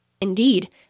Indeed